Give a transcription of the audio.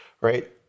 right